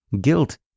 Guilt